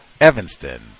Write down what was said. Evanston